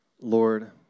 Lord